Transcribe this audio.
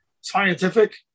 scientific